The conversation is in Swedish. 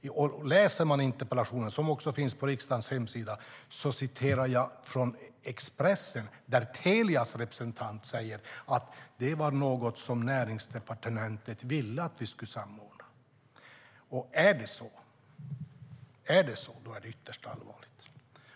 När man läser interpellationen, som också finns på riksdagens hemsida, ser man att jag citerar Expressen. Där säger Telias representant att det var något som Näringsdepartementet ville att de skulle samordna. Är det så, då är det ytterst allvarligt.